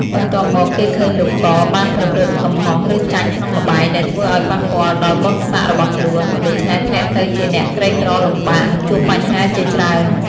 បន្ទាប់មក គេឃើញលោក ក បានប្រព្រឹត្តកំហុស ឬចាញ់ក្នុងល្បែង ដែលធ្វើអោយប៉ះពាល់ដល់បុណ្យស័ក្តិរបស់ខ្លួន ដូច្នេះធ្លាក់ទៅជាអ្នកក្រីក្រលំបាក និងជួបបញ្ហាជាច្រើន។